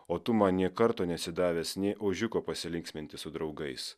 o tu man nė karto nesi davęs nė ožiuko pasilinksminti su draugais